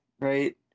right